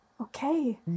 Okay